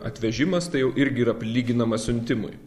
atvežimas tai jau irgi yra prilyginamas siuntimui